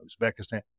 Uzbekistan